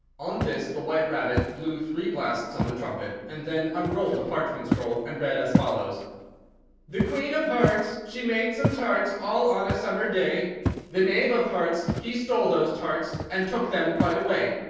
on this the white rabbit blew three blasts on the trumpet, and then unrolled the parchment scroll, and read as follows the queen of hearts, she made some tarts, all on a summer day the knave of hearts, he stole those tarts, and took them quite away!